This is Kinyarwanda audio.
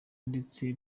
ndetse